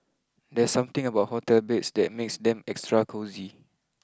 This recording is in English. there's something about hotel beds that makes them extra cosy